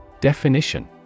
Definition